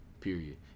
Period